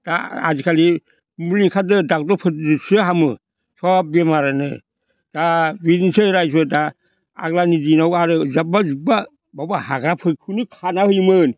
दा आजिखालि मुलि ओंखारदो ड'क्टरफोरजोंसो हामो सब बेमारानो दा बिदिनोसै रायजोफोर दा आग्लानि दिनाव आरो जाब्बा जुब्बा बबावबा हाग्राफोरखौनो खाना होयोमोन